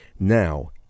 Now